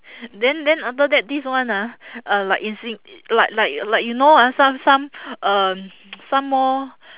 then then after that this one ah uh like in sing~ like like like you know ah some some um some more